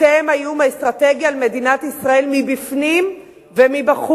אתם האיום האסטרטגי על מדינת ישראל מבפנים ומבחוץ.